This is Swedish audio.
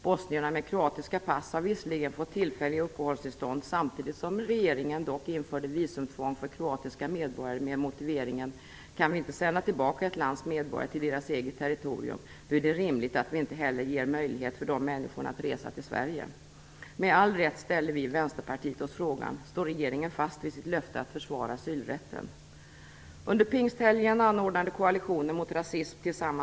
Bosnierna med kroatiska pass har visserligen fått tillfälliga uppehållstillstånd samtidigt som regeringen dock införde visumtvång för kroatiska medborgare med motiveringen: "Kan vi inte sända tillbaka ett lands medborgare till deras eget territorium, då är det rimligt att vi inte heller ger möjlighet för de människorna att resa till Sverige." Med all rätt ställer vi i Vänsterpartiet oss frågan: Står regeringen fast vid sitt löfte att försvara asylrätten?